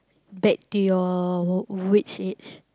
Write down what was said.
back to your w~ witch age